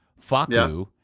Faku